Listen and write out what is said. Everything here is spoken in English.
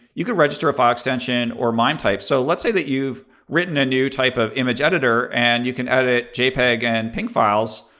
you could register a file extension or mime type. so let's say that you've written a new type of image editor, and you can edit jpeg and png files.